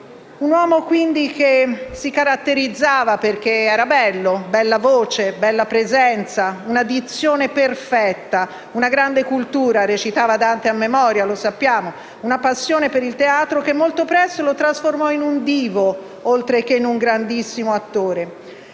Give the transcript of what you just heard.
Un uomo che si caratterizzava perché era bello: bella voce, bella presenza, una dizione perfetta, una grande cultura (recitava Dante a memoria, lo sappiamo), una passione per il teatro che molto presto lo trasformò in un divo oltre che in un grandissimo attore.